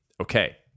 Okay